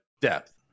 depth